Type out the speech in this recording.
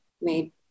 made